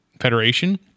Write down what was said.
federation